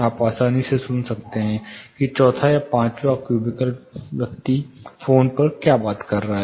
आप आसानी से सुन सकते हैं कि चौथा या पाँचवाँ क्यूबिकल व्यक्ति फोन पर क्या बात कर रहा है